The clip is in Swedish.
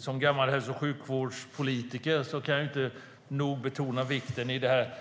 Som gammal hälso och sjukvårdspolitiker kan jag inte nog betona hur